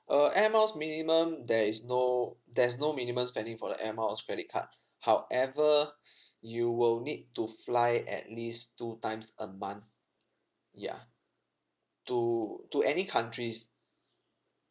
uh air miles minimum there is no there's no minimum spending for the air miles credit card however you will need to fly at least two times a month yeah to to any countries